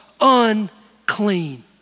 unclean